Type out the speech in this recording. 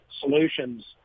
solutions